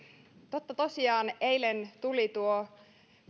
totta tosiaan eilen tuli tuo